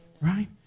Right